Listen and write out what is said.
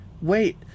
Wait